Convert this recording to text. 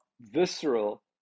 visceral